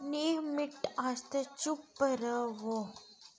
त्रीह् minute आस्तै चुप्प र'वो